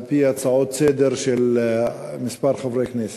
על-פי הצעות לסדר-היום של כמה חברי כנסת.